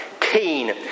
keen